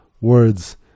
words